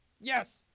Yes